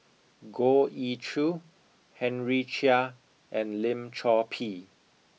Goh Ee Choo Henry Chia and Lim Chor Pee